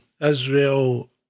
Israel